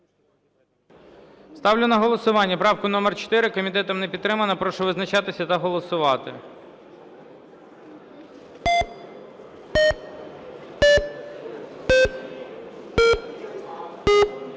Ставлю на голосування правку номер 4. Комітетом не підтримана. Прошу визначатися та голосувати.